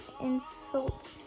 insult